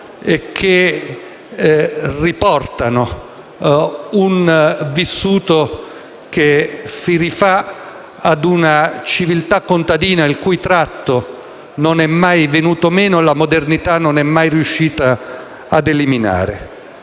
e che riportano un vissuto che si rifà ad una civiltà contadina il cui tratto non è mai venuto meno e che la modernità non è mai riuscita ad eliminare.